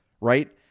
right